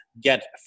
get